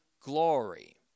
glory